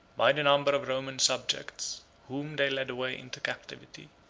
by the number of roman subjects whom they led away into captivity.